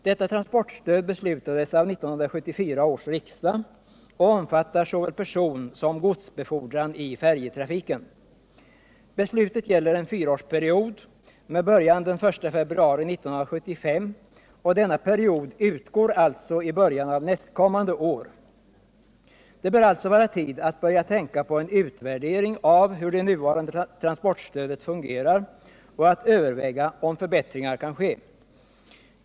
Detta transportstöd beslutades av 1974 års riksdag och omfattar såväl personsom godsbefordran i färjetrafiken. Beslutet gäller en fyraårsperiod med början den 1 februari 1975, och denna period utgår alltså i början av nästkommande år. Det bör alltså vara tid att börja tänka på en utvärdering av hur det nuvarande transportstödet fungerar och att överväga om förbättringar kan ske.